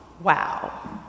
wow